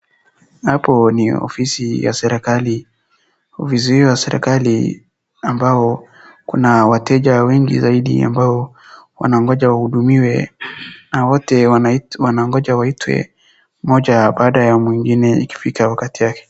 Hapo ni ofisi ya serikali, ofisi hiyo ya serikali, ambapo kuna wateja wengi zaidi ambao wanangoja wahudumiwe, na wote wanangoja waitwe, mmoja baada ya mwingine ikifika wakati wake.